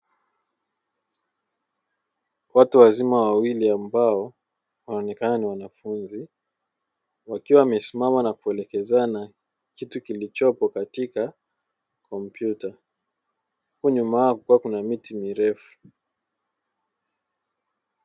Watu wazima wawili ambao waonekana ni wanafunzi, wakiwa wamesimama na kuelekezana kitu kilichopo katika kompyuta. Huku nyuma yao kukiwa kuna miti mirefu.